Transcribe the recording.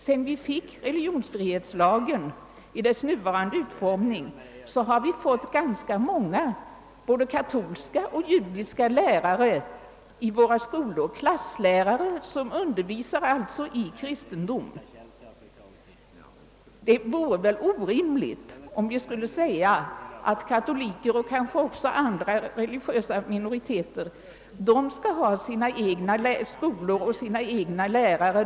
Sedan vi fick den nuvarande religionsfrihetslagen har vi fått ganska många både katolska och judiska klasslärare i våra skolor. Dessa lärare undervisar alltså i kristendom. Det vore orimligt om vi skulle säga att katoliker och kanske också andra religiösa minoriteter skall ha sina egna skolor och sina egna lärare.